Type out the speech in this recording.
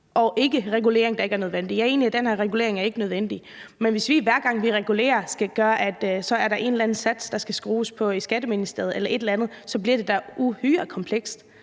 og undgå regulering, der ikke er nødvendig. Jeg er enig i, at den her regulering ikke er nødvendig, men hvis der, hver gang vi regulerer, er en eller anden sats, der skal skrues på i Skatteministeriet eller noget andet, så bliver det da uhyre komplekst.